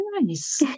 Nice